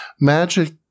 Magic